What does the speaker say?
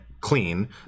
clean